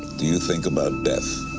do you think about death?